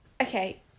Okay